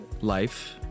life